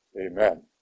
Amen